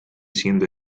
siendo